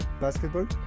Basketball